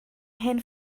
hen